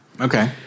Okay